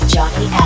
Johnny